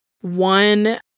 one